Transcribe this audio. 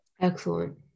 excellent